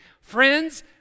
Friends